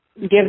give